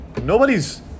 nobody's